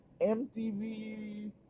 MTV